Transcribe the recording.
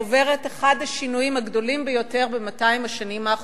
עובר את אחד השינויים הגדולים ביותר ב-200 השנים האחרונות.